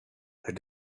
they